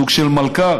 סוג של מלכ"ר.